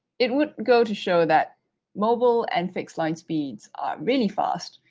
it would go to show that mobile and fixed-line speeds are really fast,